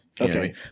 Okay